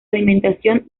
alimentación